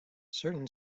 certain